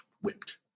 Whipped